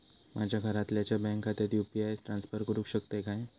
माझ्या घरातल्याच्या बँक खात्यात यू.पी.आय ट्रान्स्फर करुक शकतय काय?